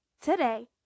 today